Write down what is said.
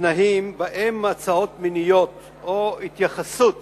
ותנאים שבהם הצעות מיניות או התייחסות